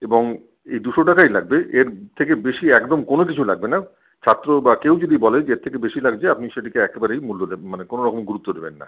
এবং এই দুশো টাকাই লাগবে এর থেকে বেশি একদম কোনোকিছু লাগবেনা ছাত্র বা কেউ যদি বলে যে এর থেকে বেশি লাগছে আপনি সেটিকে একেবারেই মূল্য দেবেন মানে কোনোরকম গুরুত্ব দেবেন না